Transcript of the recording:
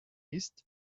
ist